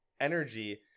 energy